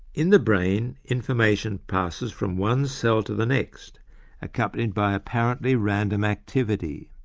in the brain information passes from one cell to the next accompanied by apparently random activity.